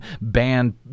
banned